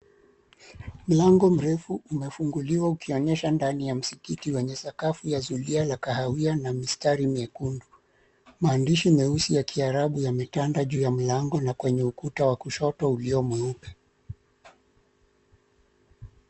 Mlango mrefu umefunguliwa ukionyesha ndani ya msikiti wenye sakafu ya zulia la kahawia na mistari miekundu. Maandishi meusi ya kiarabu yametanda juu ya mlango na kwenye ukuta wa kushoto ulio mweupe.